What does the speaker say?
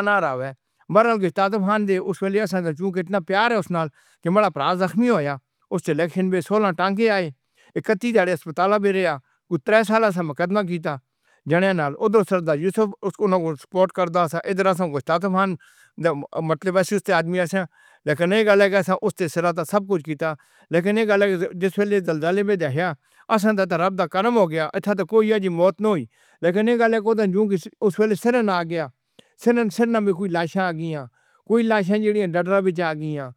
ن؟ مُڑل کو تاتھ بھان دے، اُس فیلیر سے اندر چوں کتنا پیار ہے اُس نال کہ برا پراج زخمی ہویا اُس سلیکشن پے 16 ٹانکی آئے۔ اک کتی جاڑے اسپتال میں مقدمہ گیتا جنے نال اُد سردا یوسف۔ لیکن اک الگ جیس پہلے دلدلے میں ڈھایا اسنندا کرم ہو گیا۔ اچھا تو کوئی موت نہیں ہوئی لیکن اک الگ ہوندا ہے۔